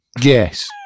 Yes